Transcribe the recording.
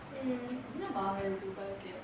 என்ன இருக்கு மறைக்க:enna iruku maraika